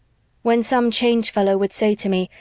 when some change fellow would say to me,